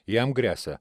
jam gresia